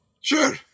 Sure